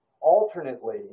alternately